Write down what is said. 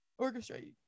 orchestrate